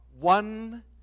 one